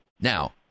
Now